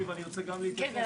אני ארצה להתייחס בשם העירייה.